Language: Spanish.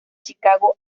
chicago